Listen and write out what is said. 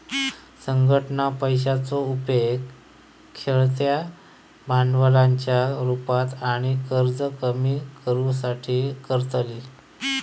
संघटना पैशाचो उपेग खेळत्या भांडवलाच्या रुपात आणि कर्ज कमी करुच्यासाठी करतली